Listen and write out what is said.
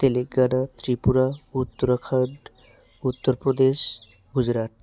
Telangana Tripura Uttarakhand Uttar Pradesh Gujarat